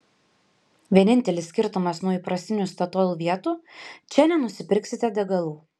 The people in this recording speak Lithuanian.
vienintelis skirtumas nuo įprastinių statoil vietų čia nenusipirksite degalų